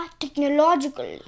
technological